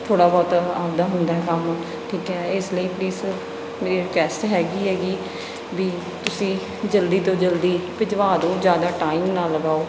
ਥੋੜ੍ਹਾ ਬਹੁਤ ਆਉਂਦਾ ਹੁੰਦਾ ਹੈ ਕੰਮ ਠੀਕ ਹੈ ਇਸ ਲਈ ਪਲੀਜ਼ ਮੇਰੀ ਰਿਕੁਐਸਟ ਹੈਗੀ ਐਗੀ ਵੀ ਤੁਸੀਂ ਜਲਦੀ ਤੋਂ ਜਲਦੀ ਭਿਜਵਾ ਦਿਓ ਜ਼ਿਆਦਾ ਟਾਈਮ ਨਾ ਲਗਾਓ